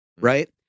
Right